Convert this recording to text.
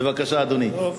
בבקשה, אדוני.